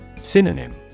Synonym